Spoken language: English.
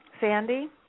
Sandy